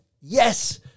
Yes